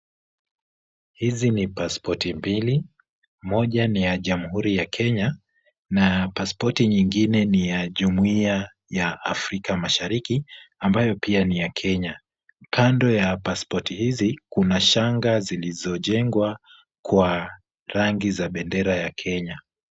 Hizi ni pasipoti mbili, moja ni ya jamhuri ya Kenya na pasipoti nyingine ni ya jumuiya ya Afrika mashariki ambayo pia ni ya Kenya. Kando ya pasipoti hizi kuna shanga zilizojengwa kwa rangi za bendera ya Kenya.